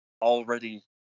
already